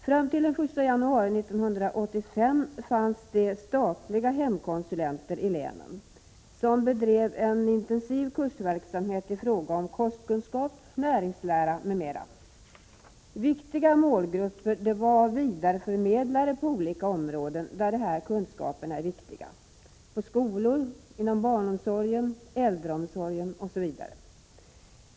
Fram till den 1 januari 1985 fanns det i länen statliga hemkonsulenter, som bedrev en intensiv kursverksamhet i kostkunskap, näringslära m.m. Viktiga målgrupper var vidareförmedlare inom olika områden där dessa kunskaper är viktiga: skolor, barnomsorg, äldreomsorg osv.